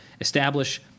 establish